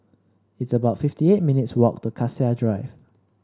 it's about fifty eight minutes' walk to Cassia Drive